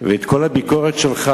ואת כל הביקורת שלך,